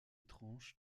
tranches